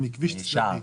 מס גודש,